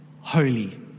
holy